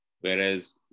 whereas